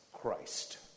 Christ